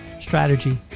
strategy